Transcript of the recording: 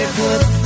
good